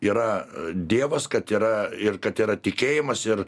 yra dievas kad yra ir kad yra tikėjimas ir